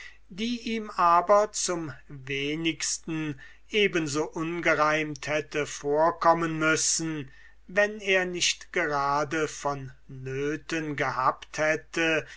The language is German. die ihm aber zum wenigsten eben so ungereimt hätte vorkommen müssen wenn er ein besserer raisonneur gewesen wäre oder nicht gerade vonnöten gehabt hätte